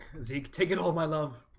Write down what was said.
zeke take it all my love